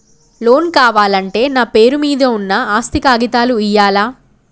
Loan కావాలంటే నా పేరు మీద ఉన్న ఆస్తి కాగితాలు ఇయ్యాలా?